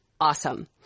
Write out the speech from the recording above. awesome